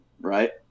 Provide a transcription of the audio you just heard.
right